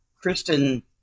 Kristen